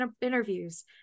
interviews